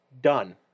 done